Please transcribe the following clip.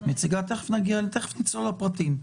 תיכף נצלול לפרטים.